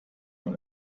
man